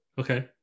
okay